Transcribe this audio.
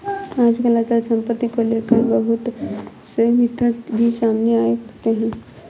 आजकल अचल सम्पत्ति को लेकर बहुत से मिथक भी सामने आया करते हैं